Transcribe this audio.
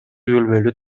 бөлмөлүү